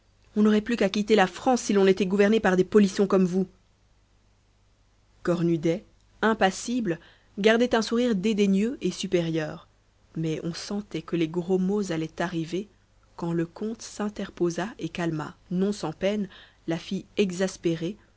on n'aurait plus qu'à quitter la france si l'on était gouverné par des polissons comme vous cornudet impassible gardait un sourire dédaigneux et supérieur mais on sentait que les gros mots allaient arriver quand le comte s'interposa et calma non sans peine la fille exaspérée